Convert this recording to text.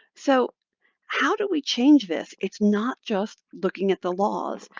so how do we change this? it's not just looking at the laws.